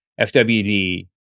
FWD